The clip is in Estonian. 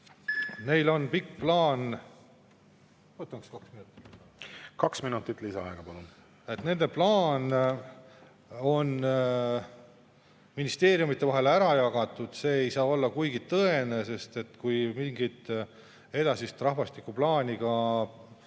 lisaaega, palun! Nende plaan on ministeeriumide vahel ära jagatud. See ei saa olla kuigi tõene, sest kui mingit edasist rahvastikuplaani